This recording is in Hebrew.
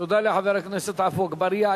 תודה לחבר הכנסת עפו אגבאריה.